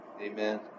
Amen